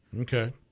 Okay